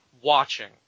watching